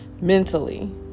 Mentally